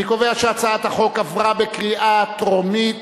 אני קובע שהצעת החוק עברה בקריאה טרומית